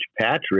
Patrick